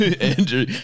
Andrew